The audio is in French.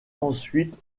ensuite